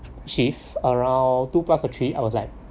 shift around two plus or three I was like